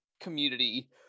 community